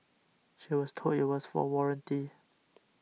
she was told it was for warranty